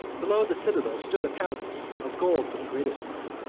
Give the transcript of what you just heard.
below the citadel stood a palace, of gold for the greatest part,